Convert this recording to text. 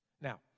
Now